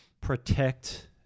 protect